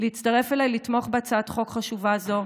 להצטרף אליי ולתמוך בהצעת חוק חשובה זו,